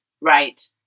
Right